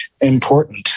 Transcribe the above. important